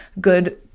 good